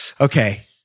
Okay